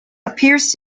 appears